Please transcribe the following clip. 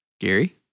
Gary